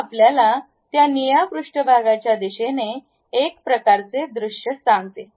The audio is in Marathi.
हे आपल्याला त्या निळ्या पृष्ठभागाच्या दिशेने एक प्रकारचे दृश्य सांगते